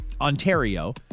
Ontario